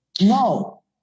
No